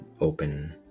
open